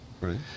Right